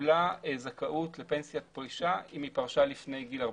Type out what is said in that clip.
שקיבלה זכאות לפנסיית פרישה אם פרשה לפני גיל 40,